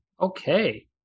Okay